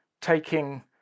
taking